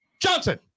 johnson